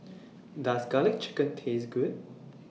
Does Garlic Chicken Taste Good